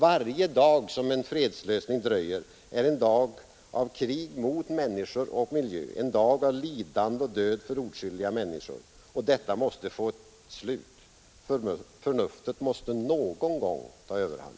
Varje dag som en fredslösning dröjer är en dag av krig mot människor och miljö, en dag av lidande och död för oskyldiga människor. Detta måste få ett slut. Förnuftet måste någon gång få ta överhand.